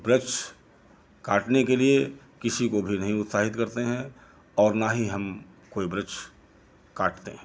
वृक्ष काटने के लिए किसी को भी नहीं उत्साहित करते हैं और ना ही हम कोई वृक्ष काटते हैं